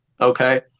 okay